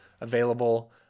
available